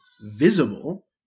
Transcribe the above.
visible